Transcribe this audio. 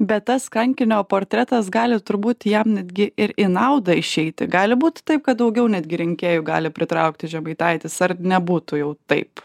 bet tas kankinio portretas gali turbūt jam netgi ir į naudą išeiti gali būti taip kad daugiau netgi rinkėjų gali pritraukti žemaitaitis ar nebūtų jau taip